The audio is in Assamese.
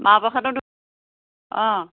মাহ প্ৰসাদৰ অঁ